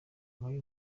muri